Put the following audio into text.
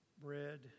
bread